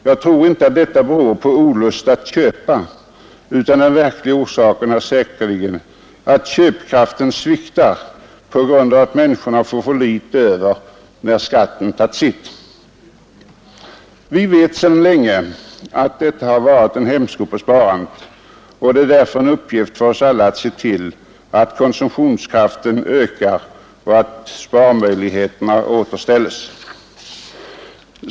Jag tror inte att detta beror på olust att köpa, utan den verkliga orsaken är säkerligen att köpkraften sviktar på grund av att människorna får för litet över när skatten tagit sitt. Vi vet sedan länge att detta har varit en hämsko för sparandet, och det är därför en uppgift för oss alla att se till att konsumtionskraften ökar och att sparmöjligheterna återställes.